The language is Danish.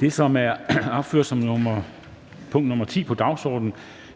Det, som er opført som punkt nr. 10 på dagsordenen,